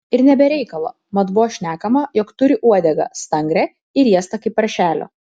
ir ne be reikalo mat buvo šnekama jog turi uodegą stangrią ir riestą kaip paršelio